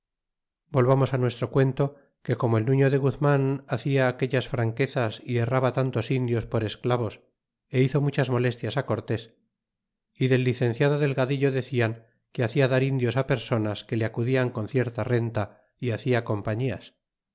volvamos á nuestro cuento que como el nuo de glyman hacia aquellas fra nquezas y herraba u ntos indios por esclavos hizo muchas molestias ti cortés y del licenciado delgadillo decian que hacia dar indios ti personas que le acudían con cierta renta y hacia compañías